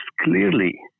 clearly